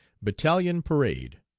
battalion parade.